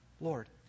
Lord